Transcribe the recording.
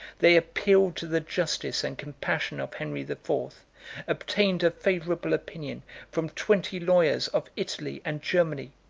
they appealed to the justice and compassion of henry the fourth obtained a favorable opinion from twenty lawyers of italy and germany,